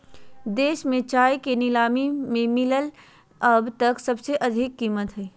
देश में चाय के नीलामी में मिलल अब तक सबसे अधिक कीमत हई